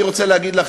אני רוצה להגיד לך,